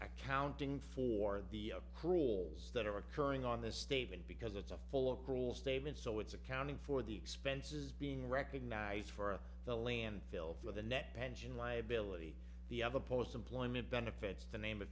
accounting for the cruel as that are occurring on this statement because it's a full of cruel statement so it's accounting for the expenses being recognized for the landfill for the net pension liability the of the post employment benefits to name a